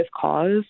cause